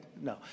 no